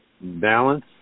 balance